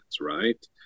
right